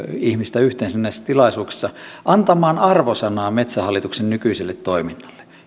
ihmistä yhteensä näissä tilaisuuksissa antamaan arvosanan metsähallituksen nykyiselle toiminnalle